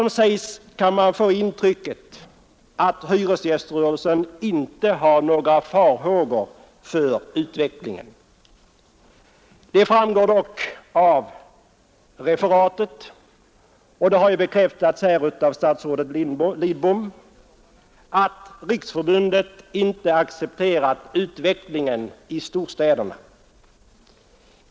Man kan därav få intrycket att hyresgäströrelsen inte hyser några farhågor för utvecklingen. Det framgår dock av referatet — och det har ju bekräftats här av statsrådet Lidbom — att riksförbundet inte har accepterat utvecklingen i storstäderna.